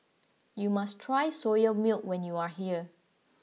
you must try Soya Milk when you are here